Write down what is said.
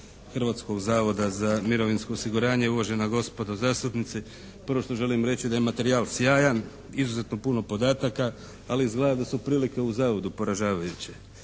Hrvatskog zavoda za mirovinsko osiguranje, uvažena gospodo zastupnici. Prvo što želim reći da je materijal sjajan, izuzetno puno podataka, ali izgleda da su prilike u zavodu poražavajuće.